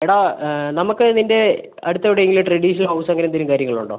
എടാ നമുക്ക് നിൻ്റെ അടുത്ത് എവിടെ എങ്കിലും ട്രഡീഷണൽ ഹൗസ് അങ്ങനെ എന്തെങ്കിലും കാര്യങ്ങൾ ഉണ്ടോ